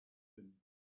him